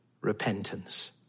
repentance